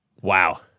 Wow